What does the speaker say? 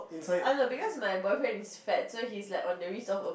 oh no because my boyfriend is fat so he's like on the risk of a